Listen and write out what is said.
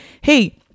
hey